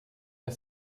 der